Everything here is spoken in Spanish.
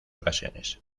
ocasiones